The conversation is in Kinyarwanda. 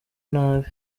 nabi